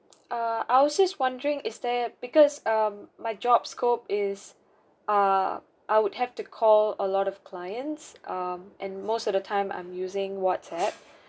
err I was just wondering is there because um my job scope is err I would have to call a lot of clients um and most of the time I'm using whatsapp